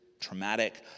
traumatic